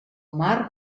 mar